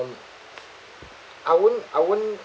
I won't I won't